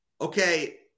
okay